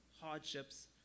hardships